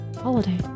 holiday